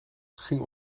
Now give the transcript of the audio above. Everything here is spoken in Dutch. ging